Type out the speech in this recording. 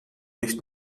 nicht